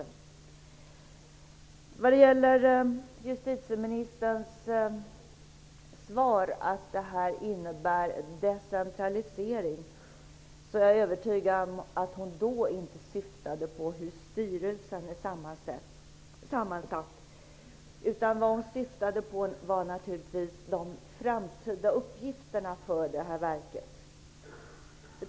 När det gäller justitieministerns svar att detta innebär decentralisering är jag övertygad om att hon inte syftade på hur styrelsen är sammansatt. Det hon syftade på var naturligtvis de framtida uppgifterna för verket.